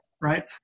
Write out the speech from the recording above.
Right